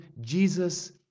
Jesus